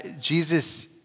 Jesus